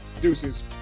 deuces